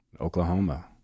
Oklahoma